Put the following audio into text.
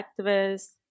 activists